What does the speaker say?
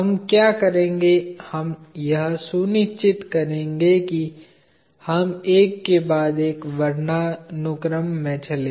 हम क्या करेंगे हम यह सुनिश्चित करेंगे कि हम एक के बाद एक वर्णानुक्रम में चलें